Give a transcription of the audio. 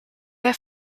have